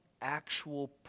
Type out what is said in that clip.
actual